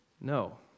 No